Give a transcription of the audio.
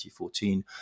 2014